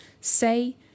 Say